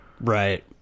Right